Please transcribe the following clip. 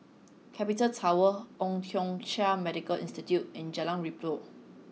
Capital Tower Old Thong Chai Medical Institute and Jalan Redop